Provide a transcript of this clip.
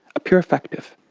appear effective.